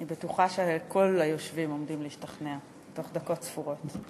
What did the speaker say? אני בטוחה שכל היושבים עומדים להשתכנע בתוך דקות ספורות.